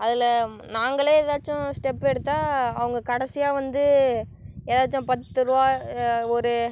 அதில் நாங்களே ஏதாச்சும் ஸ்டெப் எடுத்தால் அவங்க கடைசியாக வந்து ஏதாச்சும் பத்து ரூவா ஒரு